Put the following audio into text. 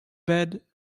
bed